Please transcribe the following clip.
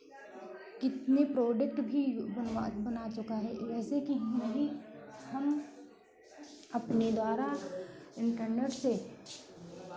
कितने प्रोडक्ट भी बनवा बना चुका है वैसे कि हम ही हम अपने द्वारा इंटरनेट से